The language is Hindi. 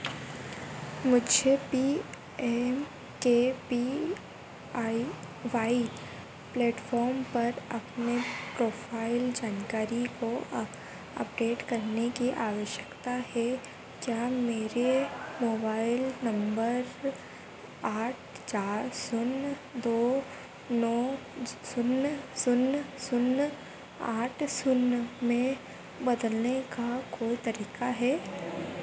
मुझे P M K P I Y platform पर अपने प्रोफ़ाइल जानकारी को अप अपडेट करने की आवश्यकता है क्या मेरे मोबाईल नंबर आठ चार शून्य दो नौ शून्य शून्य शून्य आठ शून्य में बदलने का कोई तरीका है